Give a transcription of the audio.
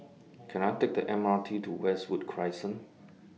Can I Take A M R T to Westwood Crescent